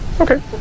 Okay